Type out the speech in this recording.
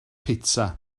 pitsa